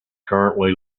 currently